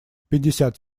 пятьдесят